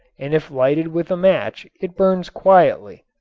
and if lighted with a match it burns quietly.